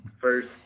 first